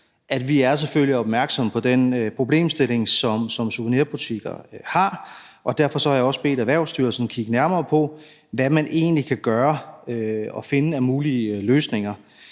at vi selvfølgelig er opmærksomme på den problemstilling som souvenirbutikker har, og derfor har jeg også bedt Erhvervsstyrelsen kigge nærmere på, hvad man egentlig kan gøre og finde af mulige løsninger.